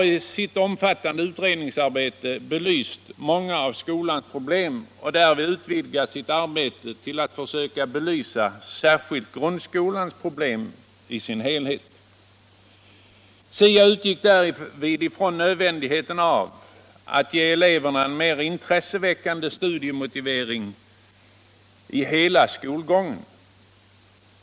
I sitt omfattande utredningsarbete har SIA belyst många av skolans problem och därvid utvidgat sitt arbete till att försöka belysa särskilt grundskolans problem i deras helhet. SIA utgick därvid från nödvändigheten av att ge eleverna en mer intresseväckande studiemotivering i hela skolgången.